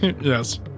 Yes